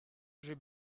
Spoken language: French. j’ai